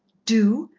do!